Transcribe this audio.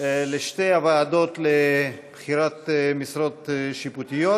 לשתי הוועדות לבחירת משרות שיפוטיות.